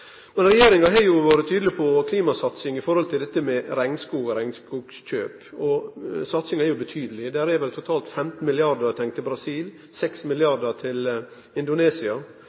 Regjeringa har vore tydeleg på klimasatsing i forhold til dette med regnskog og regnskogkjøp. Satsinga er betydeleg, det er vel totalt 15 mrd. kr tenkt til Brasil og 6 mrd. kr til Indonesia.